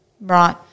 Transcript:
Right